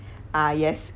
ah yes